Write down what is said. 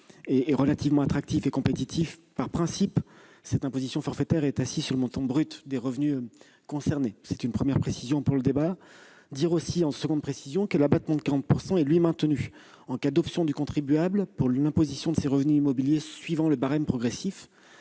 est relativement attractif et compétitif par principe, cette imposition forfaitaire est assise sur le montant brut des revenus concernés. En second lieu, je précise que l'abattement de 40 % est, lui, maintenu en cas d'option du contribuable pour l'imposition de ses revenus mobiliers suivant le barème progressif.